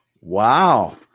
Wow